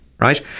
right